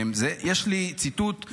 יש לי ציטוט.